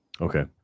Okay